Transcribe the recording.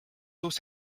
uus